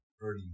early